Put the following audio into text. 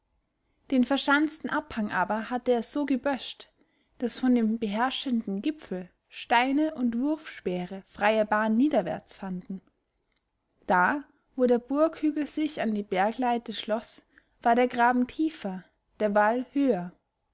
den verschanzten abhang aber hatte er so geböscht daß von dem beherrschenden gipfel steine und wurfspeere freie bahn niederwärts fanden da wo der burghügel sich an die bergleite schloß war der graben tiefer der wall höher